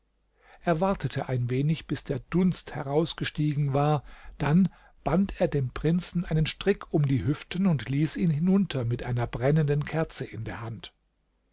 er wartete ein wenig bis der dunst herausgestiegen war dann band er dem prinzen einen strick um die hüften und ließ ihn hinunter mit einer brennenden kerze in der hand